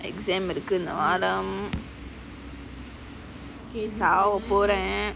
exam இருக்கு இந்த வாரம் சாவப்போறேன்:iruku intha vaaram saavaporaen